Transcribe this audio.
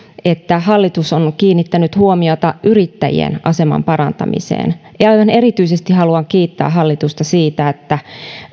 että hallitus on kiinnittänyt huomiota yrittäjien aseman parantamiseen ja aivan erityisesti haluan kiittää hallitusta siitä että